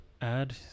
add